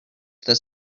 this